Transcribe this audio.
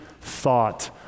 thought